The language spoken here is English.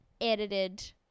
edited